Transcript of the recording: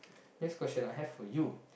next question I have for you